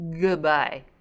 goodbye